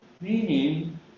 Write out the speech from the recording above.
Meaning